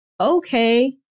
okay